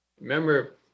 remember